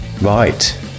right